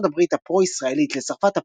הברית הפרו-ישראלית לצרפת הפרו-לבנונית,